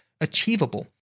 achievable